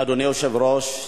אדוני היושב-ראש,